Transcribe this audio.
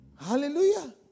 hallelujah